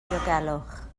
diogelwch